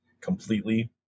completely